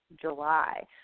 July